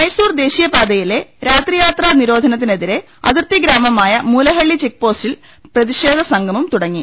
മൈസൂർ ദേശീയപാതയിലെ രാത്രിയാത്രാ നിരോധനത്തിനെ തിരെ അതിർത്തി ഗ്രാമമായ മൂലഹള്ളി ചെക്ക്പോസ്റ്റിൽ പ്രതിഷേധ സംഗമം തുടങ്ങി